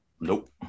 nope